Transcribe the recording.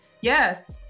Yes